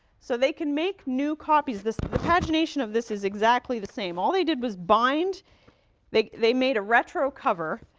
so they can make new copies. the pagination of this is exactly the same. all they did was bind they they made a retro cover,